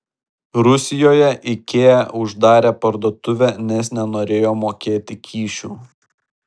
rusijoje ikea uždarė parduotuvę nes nenorėjo mokėti kyšių